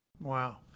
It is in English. wow